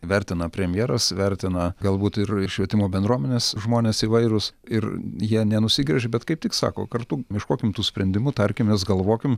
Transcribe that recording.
vertina premjeras vertina galbūt ir ir švietimo bendruomenės žmonės įvairūs ir jie ne nusigręžė bet kaip tik sako kartu ieškokim tų sprendimų tarkimės galvokim